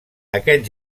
aquest